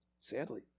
sadly